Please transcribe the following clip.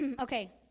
Okay